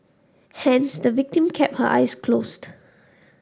hence the victim kept her eyes closed